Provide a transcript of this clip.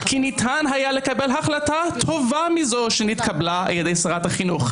כי ניתן היה לקבל החלטה טובה מזו שנתקבלה על ידי שרת החינוך,